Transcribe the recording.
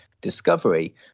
Discovery